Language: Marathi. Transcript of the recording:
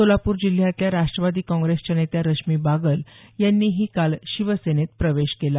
सोलापूर जिल्ह्यातल्या राष्ट्रवादी काँग्रेसच्या नेत्या रश्मी बागल यांनीही काल शिवसेनेत प्रवेश केला